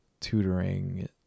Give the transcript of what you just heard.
tutoring